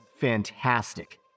fantastic